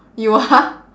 you are